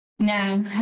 No